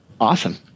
Awesome